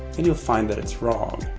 and you'll find that it's wrong.